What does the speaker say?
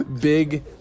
big